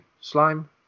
slime